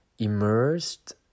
immersed